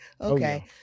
Okay